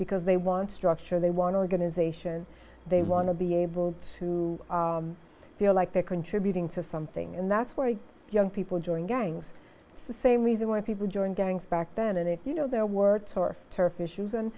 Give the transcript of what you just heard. because they want structure they want organization they want to be able to feel like they're contributing to something and that's where young people join gangs the same reason when people join gangs back then and if you know their words or turf issues and